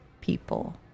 people